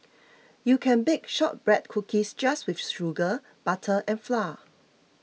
you can bake Shortbread Cookies just with sugar butter and flour